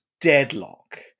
deadlock